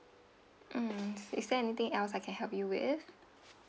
um is there anything else I can help you with